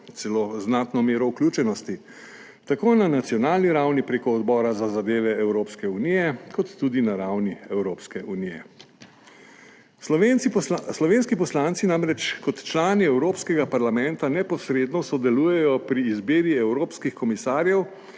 celo znatno mero vključenosti, tako na nacionalni ravni prek Odbora za zadeve Evropske unije kot tudi na ravni Evropske unije. Slovenski poslanci namreč kot člani Evropskega parlamenta neposredno sodelujejo pri izbiri evropskih komisarjev